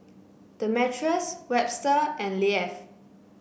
Demetrius Webster and Leif